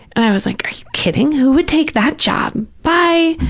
and i was like, are you kidding? who would take that job? bye.